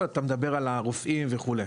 או אתה מדבר על הרופאים וכו'?